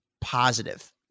positive